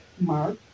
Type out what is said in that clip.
Mark